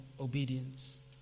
obedience